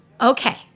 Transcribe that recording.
Okay